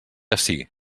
ací